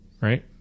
right